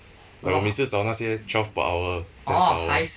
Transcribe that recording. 我每次找那些 twelve per hour ten per hour